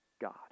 God